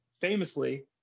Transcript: famously